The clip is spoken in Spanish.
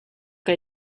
que